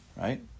right